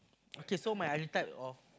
okay so my ideal type of